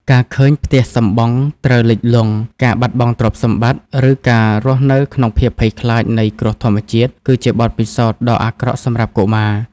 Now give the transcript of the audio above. ការឃើញផ្ទះសម្បង់ត្រូវលិចលង់ ការបាត់បង់ទ្រព្យសម្បត្តិ ឬការរស់នៅក្នុងភាពភ័យខ្លាចនៃគ្រោះធម្មជាតិ គឺជាបទពិសោធន៍ដ៏អាក្រក់សម្រាប់កុមារ។